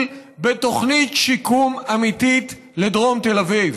בתוכנית שיקום אמיתית לדרום תל אביב.